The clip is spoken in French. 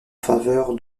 faveur